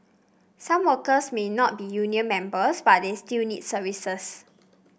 some workers may not be union members but they still need services